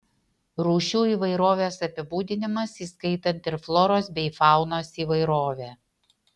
rūšių įvairovės apibūdinimas įskaitant ir floros bei faunos įvairovę